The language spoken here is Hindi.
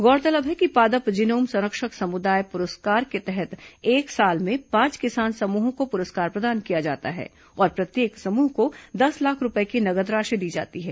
गौरतलब है कि पादप जीनोम सर्रक्षक समुदाय पुरस्कार के तहत एक साल में पांच किसान समूहों को पुरस्कार प्रदान किया जाता है और प्रत्येक समूह को दस लाख रूपये की नगद राशि दी जाती है